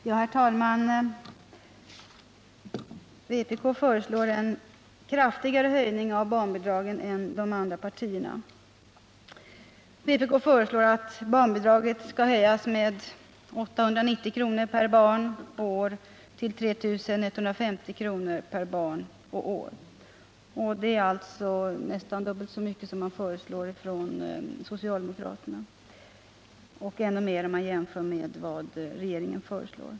Herr talman! Vpk föreslår en kraftigare höjning av barnbidragen än de andra partierna. Vpk föreslår att barnbidraget skall höjas med 890 kr. per barn och år till 3 150 kr. per barn och år. Det är alltså nästan dubbelt så mycket som socialdemokraterna föreslår och ännu mer, om man jämför med vad regeringen föreslår.